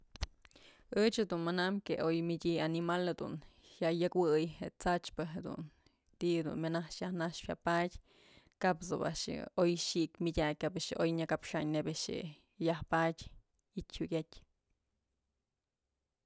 Ëch dun manam que oy mëdyë animal dun jya yëkjawëy je'e t'sachpë jedun ti'i jedun myanaxpë yajnaxpë jya padyë kap's yob a'ax yë oy xik myëdyak kap a'ax yë oy nyë kapxayn nebyë a'ax je'e yaj padyë i'ityë jukyatyë.